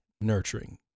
nurturing